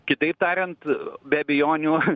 kitaip tariant be abejonių